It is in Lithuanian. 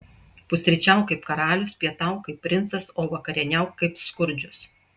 pusryčiauk kaip karalius pietauk kaip princas o vakarieniauk kaip skurdžius